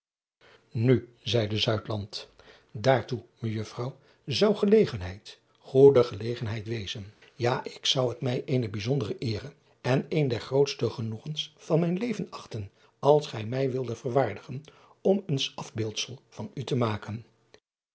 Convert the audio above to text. u zeide daartoe ejuffrouw zou gelegenheid goede gelegenheid wezen ja ik zou het mij eene bijzondere eere en een der grootste genoegens van mijn leven achten als gij mij wilde verwaardigen om een af beeldsel van u te maken